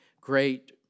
great